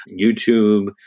YouTube